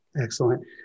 Excellent